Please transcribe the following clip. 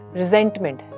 resentment